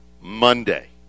Monday